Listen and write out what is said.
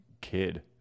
kid